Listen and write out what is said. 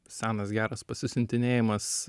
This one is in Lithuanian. senas geras pasisiuntinėjimas